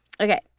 Okay